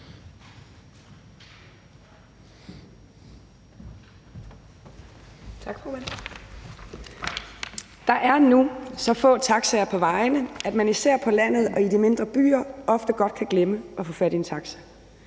Der er nu så få taxaer på vejene, at man især på landet og i de mindre byer ofte godt kan glemme alt om at få fat i en taxa.